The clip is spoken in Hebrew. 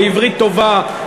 בעברית טובה,